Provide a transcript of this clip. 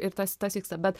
ir tas tas vyksta bet